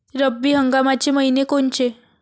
रब्बी हंगामाचे मइने कोनचे?